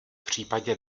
případě